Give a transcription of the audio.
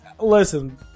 Listen